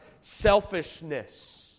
selfishness